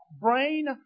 brain